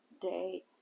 day